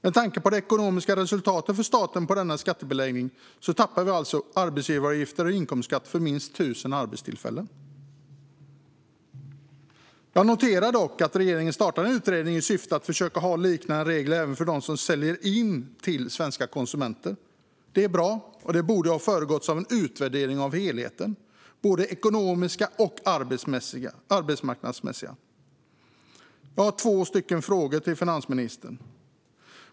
Med tanke på det ekonomiska resultatet för staten på denna skattebeläggning tappar vi alltså arbetsgivaravgifter och inkomstskatt för minst 1 000 arbetstillfällen. Jag har noterat att regeringen startat en utredning i syfte att försöka ha liknande regler även för dem som säljer in till svenska konsumenter. Det är bra men borde ha föregåtts av en utvärdering av helheten ur både ekonomiska och arbetsmarknadsmässiga aspekter. Jag har två frågor till finansministern.